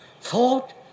Thought